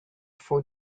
four